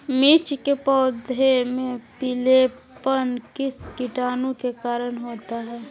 मिर्च के पौधे में पिलेपन किस कीटाणु के कारण होता है?